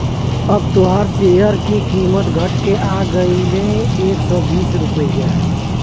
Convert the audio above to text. अब तोहार सेअर की कीमत घट के आ गएल एक सौ बीस रुपइया